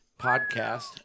podcast